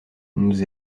nous